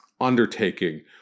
undertaking